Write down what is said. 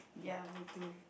ya me too